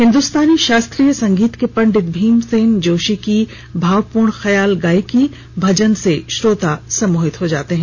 हिंदुस्तानी शास्त्रीय संगीत के पंडित भीमसेन जोशी की भावपूर्ण ख्याल गायिकी भजन से श्रोता सम्मोहित हो जाते हैं